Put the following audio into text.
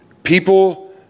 People